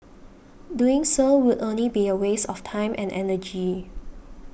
doing so would only be a waste of time and energy